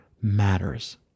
matters